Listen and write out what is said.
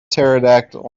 pterodactyl